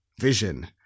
vision